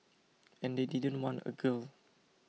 and they didn't want a girl